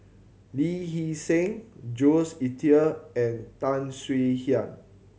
Lee Hee Seng Jules Itier and Tan Swie Hian